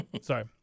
sorry